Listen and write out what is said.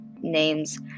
names